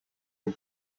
une